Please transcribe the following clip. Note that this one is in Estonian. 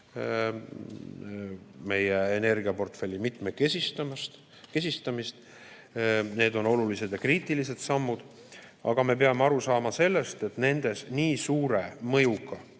meie energiaportfelli mitmekesistamisele. Need on olulised ja kriitilised sammud. Aga me peame aru saama sellest, eelnõu